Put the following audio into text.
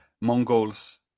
Mongols